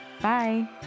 Bye